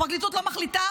הפרקליטות לא מחליטה